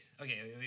okay